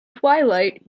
twilight